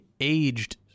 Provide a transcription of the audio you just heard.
aged